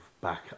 back